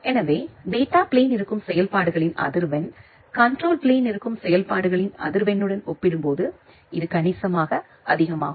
எனவே data plane இருக்கும் செயல்பாடுகளின் அதிர்வெண் கண்ட்ரோல் பிளேன் இருக்கும் செயல்பாடுகளின் அதிர்வெண்ணுடன் ஒப்பிடும்போது இது கணிசமாக அதிகமாகும்